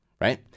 right